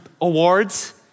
awards